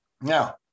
Now